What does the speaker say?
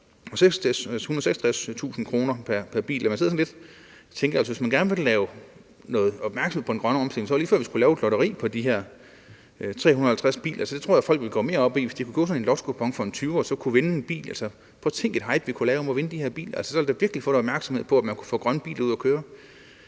lidt og tænker: Hvis man gerne vil have noget opmærksomhed på den grønne omstilling, var det lige før, man skulle lave et lotteri på de her 350 biler. Jeg tror, folk ville gå mere op i, hvis de kunne få sådan en lottokupon for en 20'er og så kunne vinde en bil. Prøv at tænke på, hvilket hype vi kunne lave om at vinde de her biler. Så ville det virkelig få noget opmærksomhed på, at man kunne få grønne biler ud at køre.